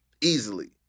easily